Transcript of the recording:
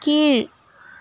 கீழ்